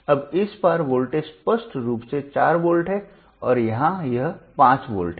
अब इस पार वोल्टेज स्पष्ट रूप से 4 वोल्ट है और यहां यह 5 वोल्ट है